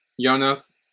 Jonas